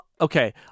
okay